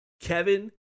Kevin